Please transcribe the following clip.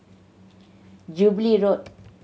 Jubilee Road